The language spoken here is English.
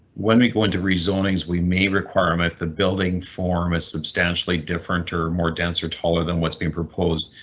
when we go into rezonings, we may require him if the building form is substantially different or more denser, taller than what's being proposed.